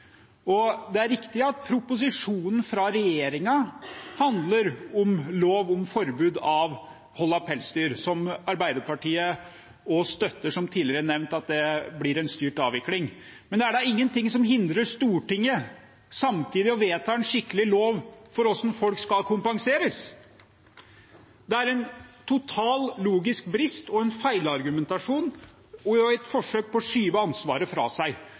pelsdyr. Det er riktig at proposisjonen fra regjeringen handler om lov om forbud mot hold av pelsdyr, som også Arbeiderpartiet, som tidligere nevnt, støtter at blir en styrt avvikling. Men det er ingenting som hindrer Stortinget i samtidig å vedta en skikkelig lov for hvordan folk skal kompenseres. Det er en total logisk brist og en feilargumentasjon og et forsøk på å skyve ansvaret fra seg.